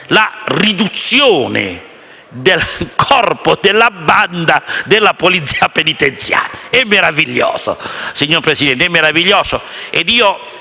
la riduzione del corpo della banda della polizia penitenziaria. È meraviglioso, signor Presidente! E io sono